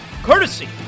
Courtesy